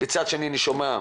מצד שני א ני שומע,